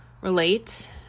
relate